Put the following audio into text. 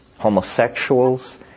homosexuals